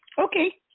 Okay